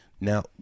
Now